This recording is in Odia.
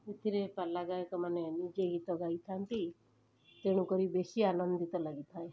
ଏଥିରେ ପାଲା ଗାୟକମାନେ ନିଜେ ଗୀତ ଗାଇଥାନ୍ତି ତେଣୁକରି ବେଶି ଆନନ୍ଦିତ ଲାଗିଥାଏ